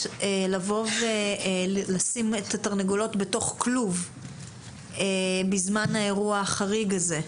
לבוא ולשים את התרנגולות בתוך כלוב בזמן האירוע החריג הזה.